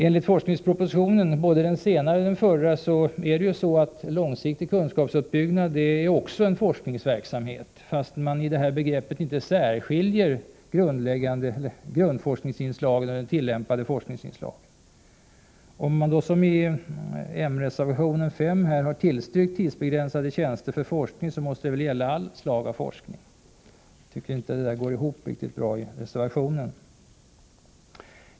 Enligt forskningspropositionen, både den senaste och den förra, är långsiktig kunskapsuppbyggnad också en forskningsverksamhet, fastän man i detta begrepp inte särskiljer grundforskningsinslagen och de tillämpade forskningsinslagen. Om man, som i den moderata reservationen 5, har tillstyrkt tidsbegränsade tjänster för forskning, måste väl det gälla allt slag av forskning. Resonemanget i reservationen går inte riktigt ihop.